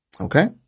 Okay